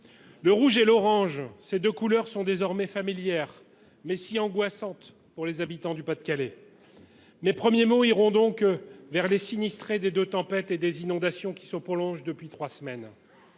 Le rouge et l’orange : ces deux couleurs sont désormais familières, mais si angoissantes pour les habitants du Pas de Calais. Mes premiers mots iront donc vers les sinistrés des deux tempêtes et des inondations, qui se prolongent depuis trois semaines.